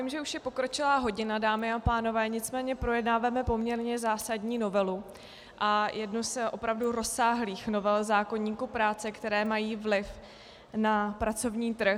Vím, že už je pokročilá hodina, dámy a pánové, nicméně projednáváme poměrně zásadní novelu a jednu z opravdu rozsáhlých novel zákoníku práce, které mají vliv na pracovní trh.